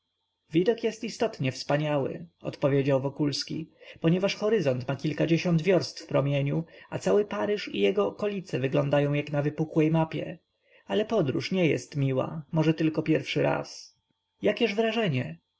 widok jest istotnie wspaniały odpowiedział wokulski ponieważ horyzont ma kilkadziesiąt wiorst w promieniu a cały paryż i jego okolice wyglądają jak na wypukłej mapie ale podróż nie jest miła może tylko pierwszy raz jakież wrażenie